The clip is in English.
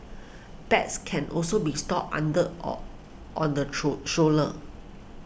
bags can also be stored under or on the true show la